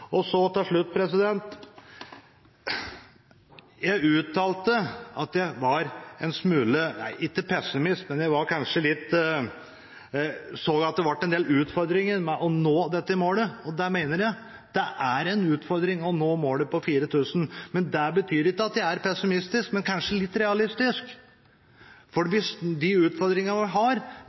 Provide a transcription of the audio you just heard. Så til slutt: Jeg uttalte at jeg var en smule om ikke pessimistisk, men at jeg så at det var en del utfordringer med å nå dette målet. Og det mener jeg – det er en utfordring å nå målet på 4 000 dekar. Det betyr ikke at jeg er pessimistisk, men kanskje litt realistisk. For de utfordringene vi har,